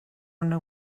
una